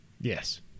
Yes